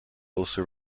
also